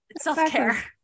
self-care